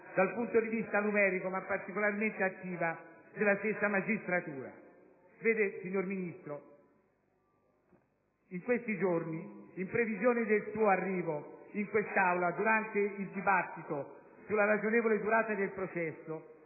dal punto di vista numerico, ma particolarmente attiva - della stessa magistratura. In questi giorni, in previsione della sua presenza in quest'Aula, durante il dibattito sulla ragionevole durata del processo